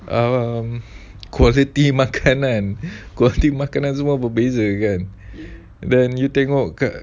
um quality makanan quality makanan semua berbezakan dan you tengok kat